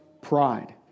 pride